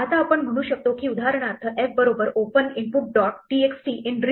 आता आपण म्हणू शकतो की उदाहरणार्थ f बरोबर open input dot txt in read